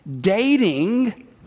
dating